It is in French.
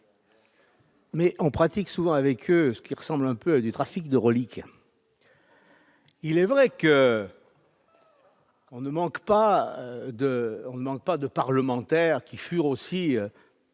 mais on pratique souvent avec eux ce qui ressemble un peu à du trafic de reliques. Il est vrai que l'on ne manque pas de parlementaires qui furent aussi